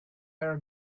are